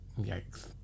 Yikes